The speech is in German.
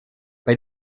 bei